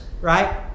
right